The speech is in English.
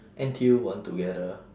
N_T_U weren't together